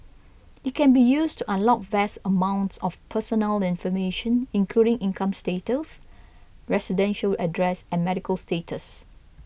it can be used to unlock vast amounts of personal information including incomes details residential address and medical status